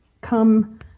come